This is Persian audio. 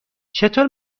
چطور